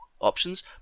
options